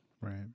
Right